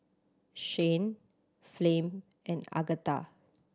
Shyann Flem and Agatha